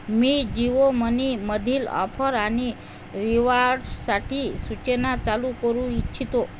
मी जिओ मनीमधील ऑफर आणि रिवार्ड्ससाठी सूचना चालू करू इच्छितो